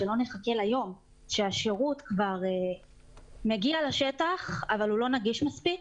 שלא נחכה ליום שהשירות כבר מגיע לשטח אבל הוא לא נגיש מספיק.